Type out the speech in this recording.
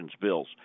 bills